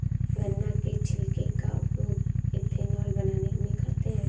गन्ना के छिलके का उपयोग एथेनॉल बनाने में करते हैं